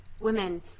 women